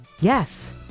Yes